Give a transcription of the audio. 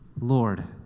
Lord